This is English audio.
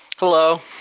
hello